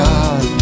God